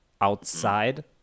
outside